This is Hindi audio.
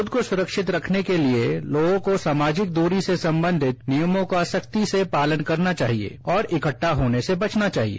खूद को सुरक्षित रखने के लिए लोगों को समाजिक दूरी से संबंधित नियमों का सख्ती से पालन करना चाहिए और इकट्टा होने से बचना चाहिए